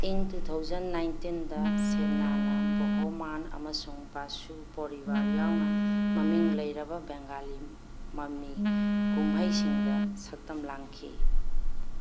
ꯏꯪ two thousand ꯅꯥꯏꯟꯇꯤꯟꯗ ꯁꯦꯅꯥꯅ ꯕꯣꯍꯣꯃꯥꯟ ꯑꯃꯁꯨꯡ ꯕꯥꯁꯨ ꯄꯣꯔꯤꯕꯥꯔ ꯌꯥꯎꯅ ꯃꯃꯤꯡ ꯂꯩꯔꯕ ꯕꯦꯡꯒꯥꯂꯤ ꯃꯃꯤ ꯀꯨꯝꯍꯩ ꯁꯤꯡꯗ ꯁꯛꯇꯝ ꯂꯥꯡꯈꯤ